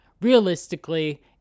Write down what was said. realistically